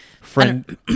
friend